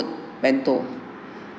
bento